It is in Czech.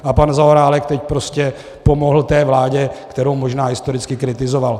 A pan Zaorálek teď prostě pomohl té vládě, kterou možná historicky kritizoval.